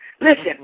Listen